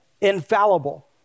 infallible